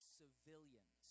civilians